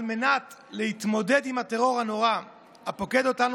על מנת להתמודד עם הטרור הנורא הפוקד אותנו,